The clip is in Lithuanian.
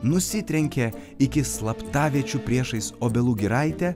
nusitrenkė iki slaptaviečių priešais obelų giraitę